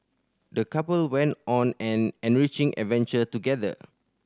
the couple went on an enriching adventure together